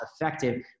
effective